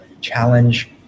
challenge